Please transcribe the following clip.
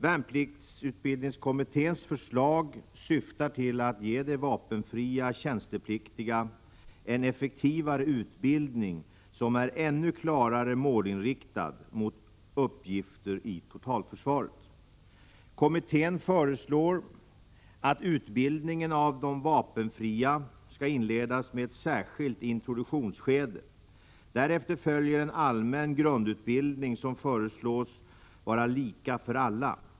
Värnpliktsutbildningskommitténs förslag syftar till att ge de vapenfria tjänstepliktiga en effektivare utbildning som är klarare målinriktad mot uppgifter i totalförsvaret. Kommittén föreslår att utbildning av de vapenfria skall inledas med ett särskilt introduktionsskede. Därefter följer en allmän grundutbildning, som föreslås vara lika för alla.